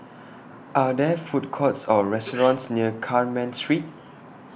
Are There Food Courts Or restaurants near Carmen Street